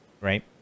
Right